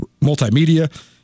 multimedia